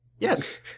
Yes